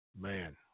man